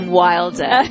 wilder